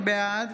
בעד